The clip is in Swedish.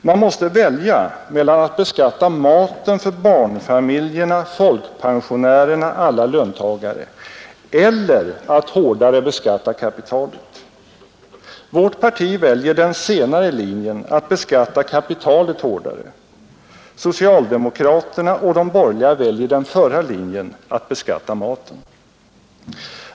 Man måste välja mellan att antingen beskatta maten för barnfamiljerna, folkpensionärerna och alla löntagare eller att hårdare beskatta kapitalet. Vårt parti väljer den senare linjen: att beskatta kapitalet hårdare. Socialdemokraterna och de borgerliga väljer den förra linjen: att beskatta maten.